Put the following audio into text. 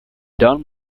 don